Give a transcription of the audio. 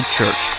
Church